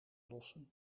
lossen